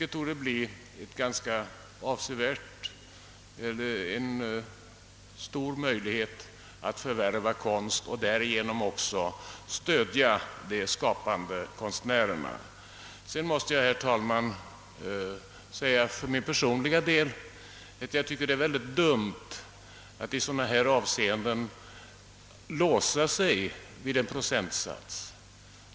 Detta torde komma att med föra stora möjligheter att förvärva konst och därigenom också stödja de skapande konstnärerna. För min personliga del tycker jag, herr talman, att det är mycket dumt att i ett fall som detta låsa sig vid en viss procentsats.